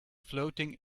floating